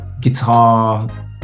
guitar